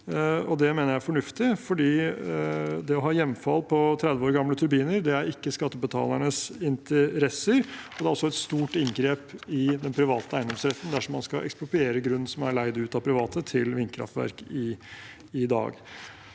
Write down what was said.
Det mener jeg er fornuftig, for det å ha hjemfall på 30 år gamle turbiner er ikke i skattebetalernes interesse, men det er et stort inngrep i den private eiendomsretten dersom man skal ekspropriere grunn som er leid ut av private til vindkraftverk i dag.